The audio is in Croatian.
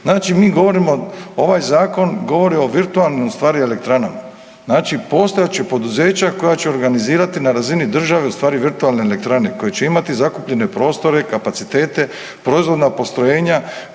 Znači, mi govorimo, ovaj Zakon govori o virtualnim ustvari o elektranama. Znači, postojat će poduzeća koja će organizirati na razini države ustvari virtualne elektrane koje će imati zakupljene prostore i kapacitete, proizvodna postrojenja